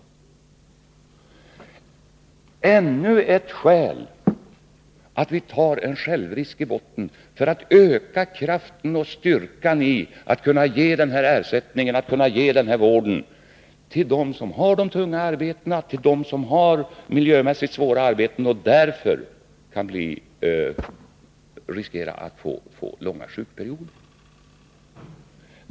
Det är ännu ett skäl för att ha en självrisk i botten, för att öka kraften och styrkan i att kunna ge denna ersättning och denna vård till dem som har de tunga arbetena och de miljömässigt svåra arbetena och som därför riskerar att få långa sjukperioder.